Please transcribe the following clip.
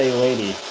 lady.